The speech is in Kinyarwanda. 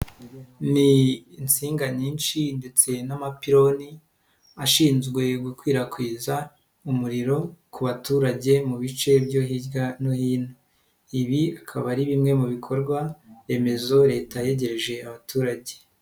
Ni insinga nyinshi ndetse n'amapironi, ashinzwe gukwirakwiza umuriro ku baturage mu bice byo hirya no hino. Ibi bikaba ari bimwe mu bikorwaremezo leta yegereje abaturage.